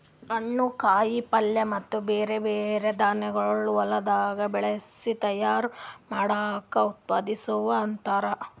ಹಣ್ಣು, ಕಾಯಿ ಪಲ್ಯ ಮತ್ತ ಬ್ಯಾರೆ ಬ್ಯಾರೆ ಧಾನ್ಯಗೊಳ್ ಹೊಲದಾಗ್ ಬೆಳಸಿ ತೈಯಾರ್ ಮಾಡ್ದಕ್ ಉತ್ಪಾದಿಸು ಅಂತಾರ್